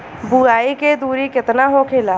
बुआई के दूरी केतना होखेला?